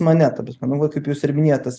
mane ta prasme nu va kaip jūs ir minėjot tas